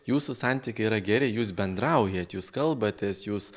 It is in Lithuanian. jūsų santykiai yra geri jūs bendraujat jūs kalbatės jūs